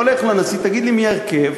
הולך לנשיא: תגיד לי מי ההרכב,